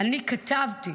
אני כתבתי,